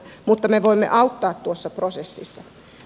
mutta me voimme auttaa tuossa prosessissa